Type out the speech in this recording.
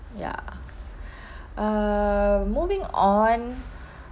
ya uh moving on